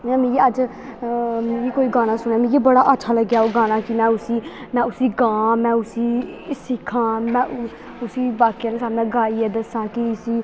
जि'यां मिगी अज्ज मी कोई गाना सुनेआ मिगी बड़ा अच्छा लग्गेआ ओह् गाना कि में उस्सी में उस्सी गां में उस्सी सिक्खां में उस्सी बाकी आह्लें सामने गाइयै दस्सां कि उस्सी